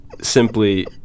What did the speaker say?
simply